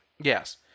Yes